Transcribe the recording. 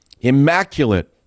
Immaculate